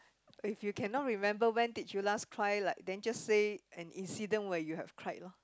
if you cannot remember when did you last cry like then just say an incident where you had cried loh